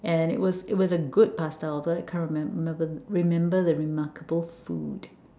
and it was it was a good pasta although I can't remem~ remember the remember the remarkable food